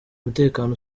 umutekano